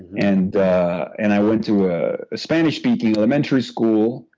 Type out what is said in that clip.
and and i went to a spanish-speaking elementary school,